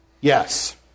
Yes